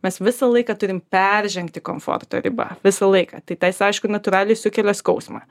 mes visą laiką turime peržengti komforto ribą visą laiką tai tas aišku natūraliai sukelia skausmą